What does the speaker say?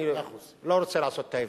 אני לא רוצה לעשות את ההבדלים.